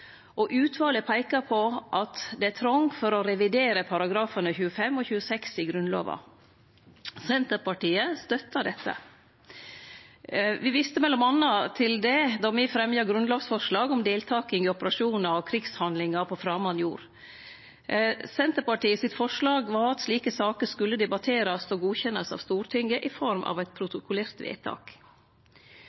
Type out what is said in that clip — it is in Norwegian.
og utvalet peiker på at det er trong for å revidere §§ 25 og 26 i Grunnlova. Senterpartiet støttar dette. Me viste m.a. til det då me fremja grunnlovsforslag om deltaking i operasjonar og krigshandlingar på framand jord. Senterpartiet sitt forslag var at slike saker skulle debatterast og godkjennast av Stortinget i form av eit protokollert vedtak.